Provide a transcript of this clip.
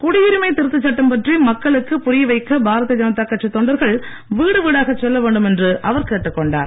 குடியுரிமை திருத்த சட்டம் பற்றி மக்களுக்கு புரிய வைக்க பாரதிய ஜனதா கட்சி தொண்டரகள் வீடுவீடாகச் செல்ல வேண்டும் என்று அவர் கேட்டுக்கொண்டார்